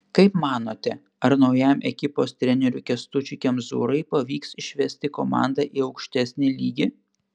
kaip manote ar naujam ekipos treneriui kęstučiui kemzūrai pavyks išvesti komandą į aukštesnį lygį